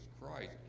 Christ